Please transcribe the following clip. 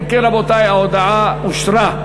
אם כן, רבותי, ההודעה אושרה.